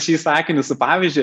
šį sakinį su pavyzdžiu